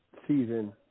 season